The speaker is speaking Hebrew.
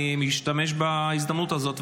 אני משתמש בהזדמנות הזאת,